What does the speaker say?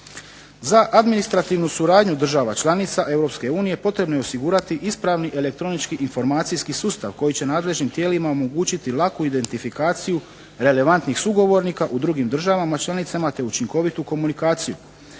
Za administrativnu suradnju država članica Europske unije potrebno je osigurati ispravni elektronički informacijski sustav koji će nadležnim tijelima omogućiti laku identifikaciju relevantnih sugovornika u drugim državama članicama, te učinkovitu komunikaciju,